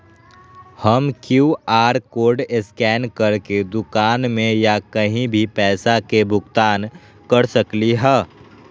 हम QR code scan करके दुकान में या कहीं भी पैसा के भुगतान कर सकली ह?